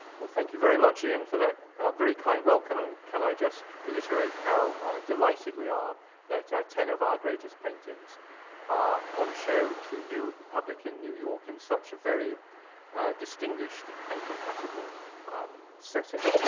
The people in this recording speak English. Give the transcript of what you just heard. well, thank you very much, ian for that very kind welcome, and can i just reiterate how delighted we are that ten of our greatest paintings on show to you public in new york in such a very distinguished and compatible setting.